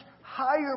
higher